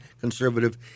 conservative